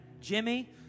Jimmy